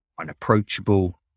unapproachable